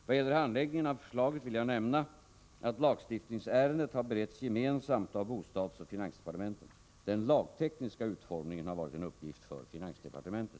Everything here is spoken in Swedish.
Vad är skälet till att förslaget om statlig fastighetsskatt utarbetats inom bostadsdepartementet?